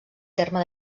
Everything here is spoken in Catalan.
terme